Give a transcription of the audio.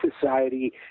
society